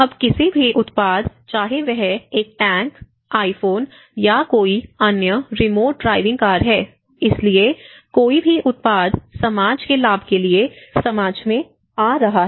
अब किसी भी उत्पाद चाहे वह एक टैंक आई फ़ोन या कोई अन्य रिमोट ड्राइविंग कार है इसलिए कोई भी उत्पाद समाज के लाभ के लिए समाज में आ रहा है